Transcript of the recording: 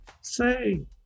say